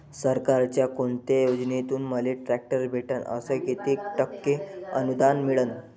सरकारच्या कोनत्या योजनेतून मले ट्रॅक्टर भेटन अस किती टक्के अनुदान मिळन?